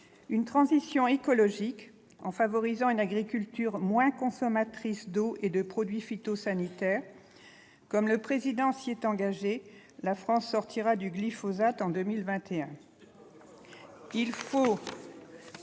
une transition écologique, en favorisant une agriculture moins consommatrice d'eau et de produits phytosanitaires. Comme le Président de la République s'y est engagé, la France sortira du glyphosate en 2021. Alors ça ...